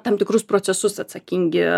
tam tikrus procesus atsakingi